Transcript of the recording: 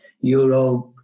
Europe